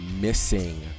missing